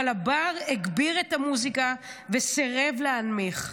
אבל הבר הגביר את המוזיקה וסירב להנמיך.